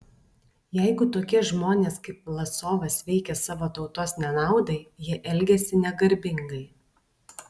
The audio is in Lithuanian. jeigu tokie žmonės kaip vlasovas veikia savo tautos nenaudai jie elgiasi negarbingai